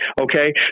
Okay